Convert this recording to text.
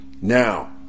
now